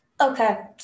Okay